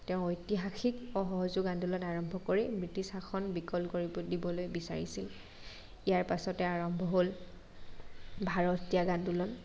ত্তেওঁ ঐতিহাসিক অসহযোগ আন্দোলন অৰম্ভ কতি ব্ৰিটিছ শাসন বিকল কৰি দিবলৈ বিচাৰিছিল ইয়াৰ পাছতে আৰম্ভ হ'ল ভাৰত ত্যাগ আন্দোলন